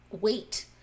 Wait